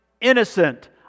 innocent